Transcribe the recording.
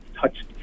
touched